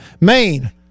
Maine